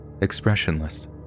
Expressionless